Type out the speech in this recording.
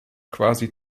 quasi